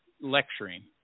lecturing